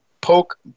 poke